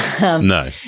no